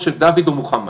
משה, דוד או מוחמד